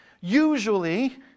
usually